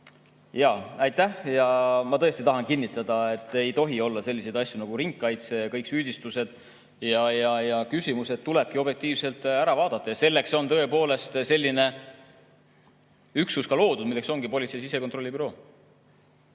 Aitäh! Ma tõesti tahan kinnitada, et ei tohi olla selliseid asju nagu ringkaitse. Kõik süüdistused ja küsimused tuleb objektiivselt üle vaadata ja selleks on tõepoolest eraldi üksus loodud, milleks ongi politsei sisekontrollibüroo.